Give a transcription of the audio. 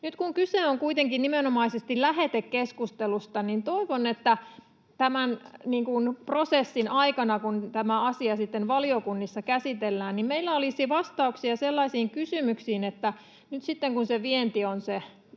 Nyt kun kyse on kuitenkin nimenomaisesti lähetekeskustelusta, niin toivon, että tämän prosessin aikana, kun tämä asia sitten valiokunnissa käsitellään, meillä olisi vastauksia kysymyksiin: Nyt kun vienti on se